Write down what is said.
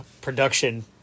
Production